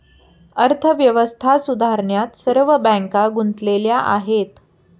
अर्थव्यवस्था सुधारण्यात सर्व बँका गुंतलेल्या आहेत